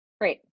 great